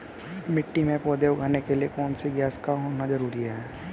मिट्टी में पौधे उगाने के लिए कौन सी गैस का होना जरूरी है?